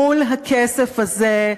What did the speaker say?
מול הכסף הזה,